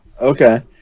Okay